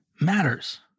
matters